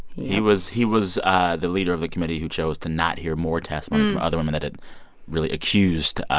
he was he was the leader of the committee who chose to not hear more testimony from other women that had really accused